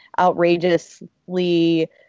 outrageously